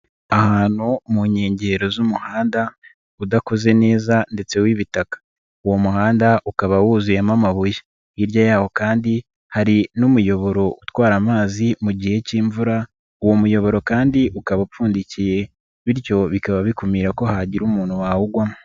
Ahantu mu nkengero z'umuhanda udakoze neza ndetse w'ibitaka, uwo muhanda ukaba wuzuyemo amabuye, hirya yawo kandi hari n'umuyoboro utwara amazi mu gihe cy'imvura uwo muyoboro kandi ukaba upfundikiye bityo bikaba bikumira ko hagira umuntu wawugwamo.